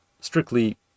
strictly